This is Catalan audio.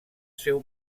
seu